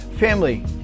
family